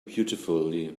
beautifully